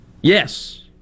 Yes